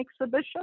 exhibition